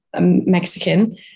Mexican